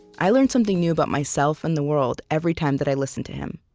i learn something new about myself and the world every time that i listen to him